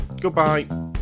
Goodbye